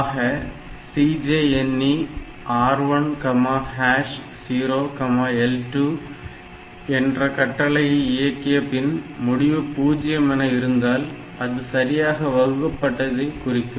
ஆக CJNE R10L2 என்ற கட்டளையை இயக்கிய பின் முடிவு 0 என இருந்தால் இது சரியாக வகுக்கப்பட்டதை குறிக்கும்